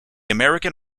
american